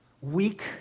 weak